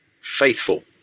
Faithful